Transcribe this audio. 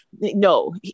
No